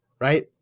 right